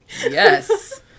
Yes